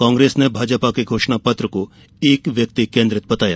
कांग्रेस ने भाजपा के घोषणापत्र को एक व्यक्ति केन्द्रित बताया